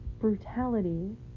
brutality